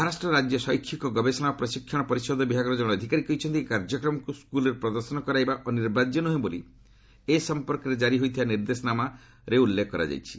ମହାରାଷ୍ଟ୍ର ରାଜ୍ୟ ଶୈକ୍ଷିକ ଗବେଷଣା ଓ ପ୍ରଶିକ୍ଷଣ ପରିଷଦ ବିଭାଗର କଣେ ଅଧିକାରୀ କହିଛନ୍ତି ଏହି କାର୍ଯ୍ୟକ୍ରମକୁ ସ୍କୁଲ୍ରେ ପ୍ରଦର୍ଶନ କରାଇବା ଅନିବାର୍ଯ୍ୟ ନୁହେଁ ବୋଲି ଏ ସଂପର୍କରେ କାରି ହୋଇଥିବା ନିର୍ଦ୍ଦେଶ ନାମାରେ ଉଲ୍ଲେଖ କରାଯାଇଛି